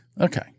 Okay